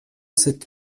sept